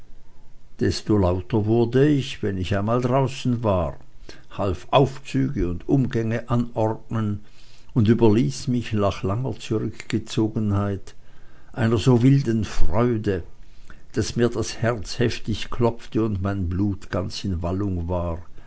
desto lauter wurde ich wenn ich einmal draußen war half aufzüge und umgänge anordnen und überließ mich nach langer zurückgezogenheit einer so wilden freude daß mir das herz heftig klopfte und mein blut ganz in wallung war